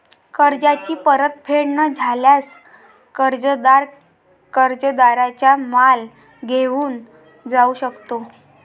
कर्जाची परतफेड न झाल्यास, कर्जदार कर्जदाराचा माल घेऊन जाऊ शकतो